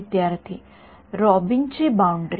विद्यार्थीः रॉबिनची बाउंडरी